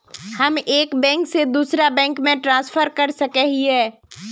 हम एक बैंक से दूसरा बैंक में ट्रांसफर कर सके हिये?